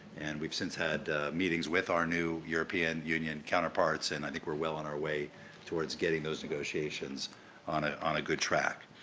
and, we've since had meetings with our new european union counterparts, and i think we're well on our way towards getting those negotiations on ah on a good track.